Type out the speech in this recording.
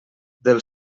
del